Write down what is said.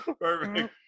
Perfect